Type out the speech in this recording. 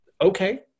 okay